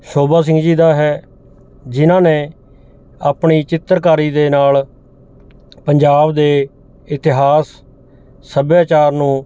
ਸੋਭਾ ਸਿੰਘ ਜੀ ਦਾ ਹੈ ਜਿਨ੍ਹਾਂ ਨੇ ਆਪਣੀ ਚਿੱਤਰਕਾਰੀ ਦੇ ਨਾਲ ਪੰਜਾਬ ਦੇ ਇਤਿਹਾਸ ਸੱਭਿਆਚਾਰ ਨੂੰ